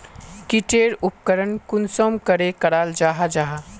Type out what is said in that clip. की टेर उपकरण कुंसम करे कराल जाहा जाहा?